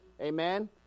Amen